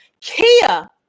Kia